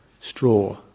straw